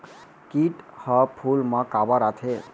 किट ह फूल मा काबर आथे?